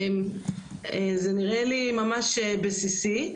זה נראה לי ממש בסיסי.